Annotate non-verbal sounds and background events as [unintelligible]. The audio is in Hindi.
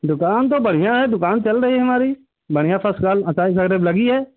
दुकान तो बढ़ियाँ है दुकान चल रही है हमारी बढ़िया फर्स्ट क्लास [unintelligible] लगी है